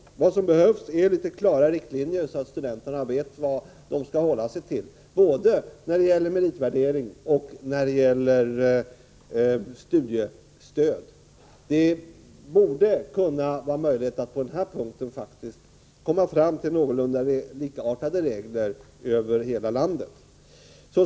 Vad som behövs är klarare riktlinjer, så att studenterna vet vad de skall hålla sig till, både när det gäller meritvärdering och när det gäller studiestöd. Det borde vara möjligt att på denna punkt komma fram till någorlunda likartade regler över hela landet.